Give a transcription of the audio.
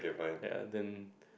ya then